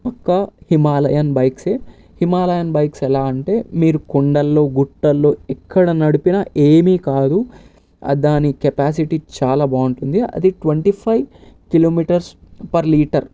పక్క హిమాలయన్ బైక్స్యే Himalayan bikes ఎలా అంటే మీరు కొండల్లో గుట్టల్లో ఎక్కడ నడిపిన ఏమీ కాదు అ దాని కెపాసిటీ చాలా బాగుంటుంది అది twenty five kilometres per litre